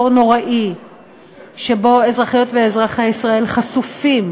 נוראי שבו אזרחיות ואזרחי ישראל חשופים,